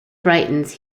britons